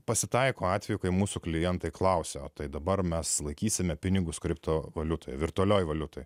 pasitaiko atvejų kai mūsų klientai klausia o dabar mes laikysime pinigus kriptovaliutų virtualioje valiutai